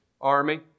army